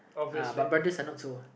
uh but brothers are not so uh